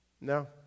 No